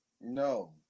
No